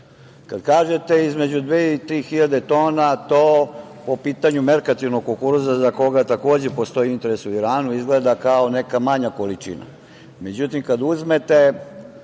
Kad kažete između dve i tri hiljade tona, to po pitanju merkantilnog kukuruza, za koga takođe postoji interes u Iranu, izgleda kao neka manja količina. Međutim, kad uzmete